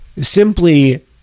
Simply